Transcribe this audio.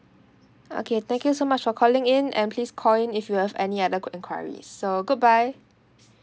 okay thank you so much for calling in and please call in if you have any other good enquiries so goodbye